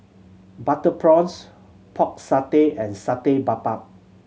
butter prawns Pork Satay and Satay Babat